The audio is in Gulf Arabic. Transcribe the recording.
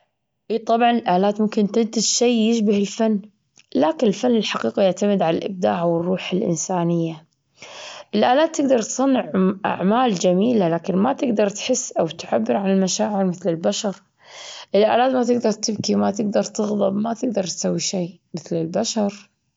إي طبعًا، الآلات ممكن تنتج شي يشبه الفن، لكن الفن الحقيقي يعتمد على الإبداع والروح الإنسانية. الآلات تقدر تصنع عم- أعمال جميلة، لكن ما تقدر تحس أو تعبر عن المشاعر مثل البشر. الآلات، ما تقدر تبكي، وما تقدر تغضب، ما تقدر تسوي شيء مثل البشر.